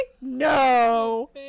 No